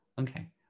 Okay